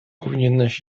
powinieneś